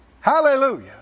Hallelujah